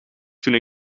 toen